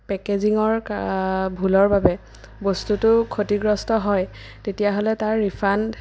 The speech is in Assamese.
পেকেজিঙৰ ভুলৰ বাবে বস্তুটো ক্ষতিগ্ৰস্থ হয় তেতিয়াহ'লে তাৰ ৰিফাণ্ড